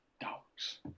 Dogs